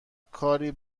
کاری